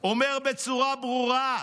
אומר בצורה ברורה: